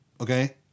Okay